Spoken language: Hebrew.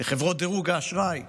לחברות דירוג האשראי,